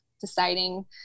deciding